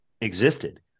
existed